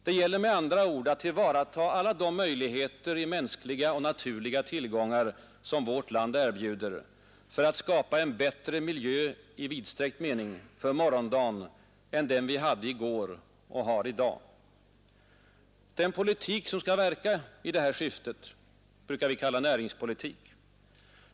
Det gäller med andra ord att tillvarata alla de möjligheter i mänskliga och naturliga tillgångar som vårt land erbjuder för att skapa en bättre miljö för morgondagen än den vi hade i går och har i dag. Den politik som skall verka i detta syfte brukar vi kalla näringspolitik.